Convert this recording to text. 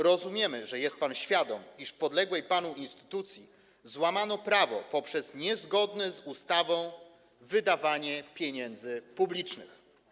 Rozumiemy, że jest pan świadom, iż w podległej panu instytucji złamano prawo poprzez niezgodne z ustawą wydawanie pieniędzy publicznych.